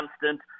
constant